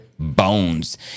bones